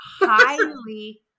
highly